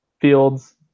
fields